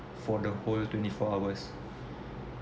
for the whole twenty four hours